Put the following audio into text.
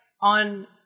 on